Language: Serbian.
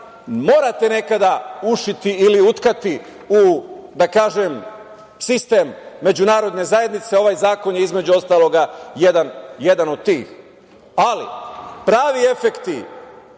morate nekada ušiti ili utkati u, da kažem, sistem međunarodne zajednice. Ovaj zakon je, između ostalog, jedan od tih. Ali, pravi efekti